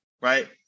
right